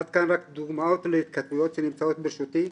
עד כאן רק דוגמאות להתכתבויות שנמצאות ברשותי,